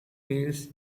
wheels